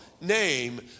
name